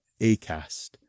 Acast